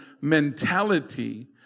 mentality